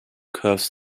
curves